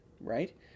right